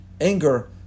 Anger